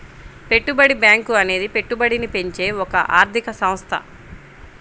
పెట్టుబడి బ్యాంకు అనేది పెట్టుబడిని పెంచే ఒక ఆర్థిక సంస్థ